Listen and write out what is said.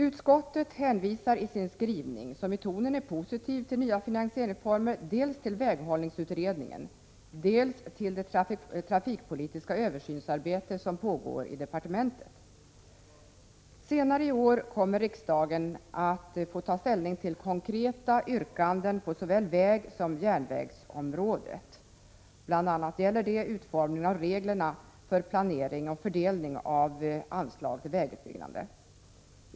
Utskottet hänvisar i sin skrivning, som i tonen är positiv till nya finansieringsformer, dels till väghållningsutredningen, dels till det trafikpolitiska översynsarbete som pågår i departementet. Senare i år kommer riksdagen att få ta ställning till konkreta yrkanden på såväl vägsom järnvägsområdet. Det gäller bl.a. utformningen av reglerna för planering och fördelning av anslagen till vägutbyggnad.